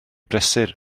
brysur